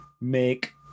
make